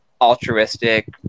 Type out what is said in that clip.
altruistic